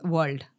World